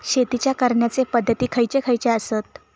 शेतीच्या करण्याचे पध्दती खैचे खैचे आसत?